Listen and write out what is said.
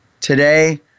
Today